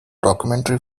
documentary